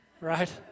right